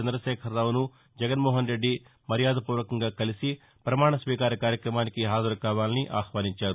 చందశేఖరరావును జగన్మోహన్ రెడ్డి మర్యాదపూర్వకంగా కలిసి ప్రపమాణ స్వీకార కార్యక్రమానికి హాజరు కావాలని ఆహ్వానించారు